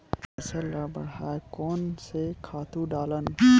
फसल ल बढ़ाय कोन से खातु डालन?